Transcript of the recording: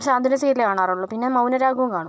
സാന്ത്വനം സീരിയലെ കാണാറുള്ളൂ പിന്നെ മൗനരാഗവും കാണും